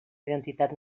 identitat